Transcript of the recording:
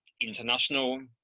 international